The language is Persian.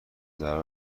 ضرر